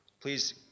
please